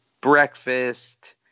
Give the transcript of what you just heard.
breakfast